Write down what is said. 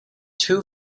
too